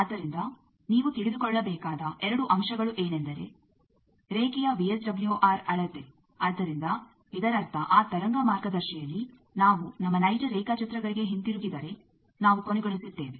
ಆದ್ದರಿಂದ ನೀವು ತಿಳಿದುಕೊಳ್ಳಬೇಕಾದ ಎರಡು ಅಂಶಗಳು ಏನೆಂದರೆ ರೇಖೆಯ ವಿಎಸ್ಡಬ್ಲ್ಯೂಆರ್ ಅಳತೆ ಆದ್ದರಿಂದ ಇದರರ್ಥ ಆ ತರಂಗ ಮಾರ್ಗದರ್ಶಿಯಲ್ಲಿ ನಾವು ನಮ್ಮ ನೈಜ ರೇಖಾಚಿತ್ರಗಳಿಗೆ ಹಿಂತಿರುಗಿದರೆ ನಾವು ಕೊನೆಗೊಳಿಸಿದ್ದೇವೆ